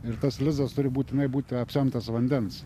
ir tas lizdas turi būtinai būti apsemtas vandens